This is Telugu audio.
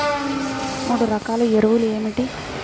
మూడు రకాల ఎరువులు ఏమిటి?